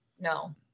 no